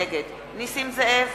נגד נסים זאב,